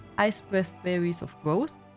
icebreath berries of growth,